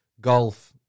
golf